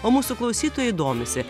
o mūsų klausytojai domisi